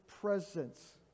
presence